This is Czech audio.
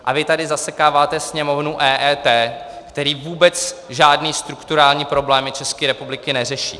A vy tady zasekáváte Sněmovnu EET, která vůbec žádné strukturální problémy České republiky neřeší.